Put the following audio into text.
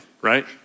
right